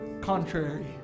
Contrary